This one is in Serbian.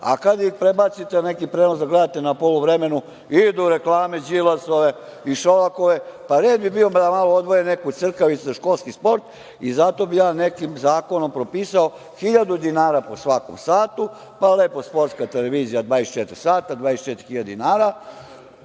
a kada prebacite na neki prenos da gledate na poluvremenu, idu reklame Đilasove i Šolakove, pa red bi bio da malo odvoje neku crkavicu za školski sport. Zato bi ja nekim zakonom propisa 1.000 dinara po svakom satu, pa lepo sportska televizija 24 sata, 24.000 dinara,